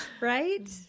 Right